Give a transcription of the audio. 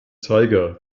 zeiger